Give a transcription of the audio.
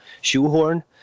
shoehorn